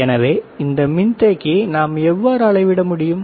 எனவே இந்த மின்தேக்கியை நாம் எவ்வாறு அளவிட முடியும்